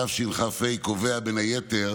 התשכ"ה, קובע בין היתר